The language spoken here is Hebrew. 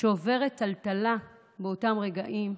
שעוברת טלטלה באותם רגעים.